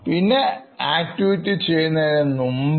പിന്നെ ആക്ടിവിറ്റി ചെയ്യുന്നതിനു മുമ്പ്